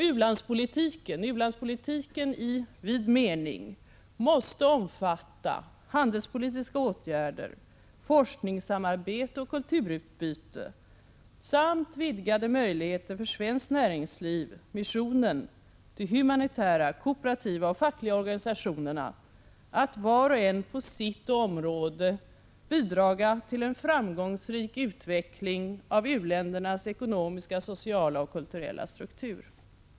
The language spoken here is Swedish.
U-landspolitiken i vid mening måste omfatta handelspolitiska åtgärder, forskningssamarbete och kulturutbyte samt vidgade möjligheter för svenskt näringsliv, missionen och de humanitära, kooperativa och fackliga organisationerna att var och en på sitt område bidra till en framgångsrik utveckling av u-ländernas ekonomiska, sociala och kulturella struktur.